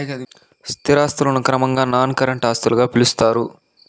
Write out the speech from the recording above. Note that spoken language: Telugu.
స్థిర ఆస్తులను క్రమంగా నాన్ కరెంట్ ఆస్తులుగా పిలుత్తారు